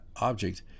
object